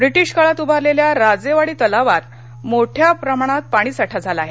British काळात उभारलेल्या राजेवाडी तलावात मोठ्या प्रमाणात पाणी साठा झाला आहे